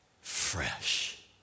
fresh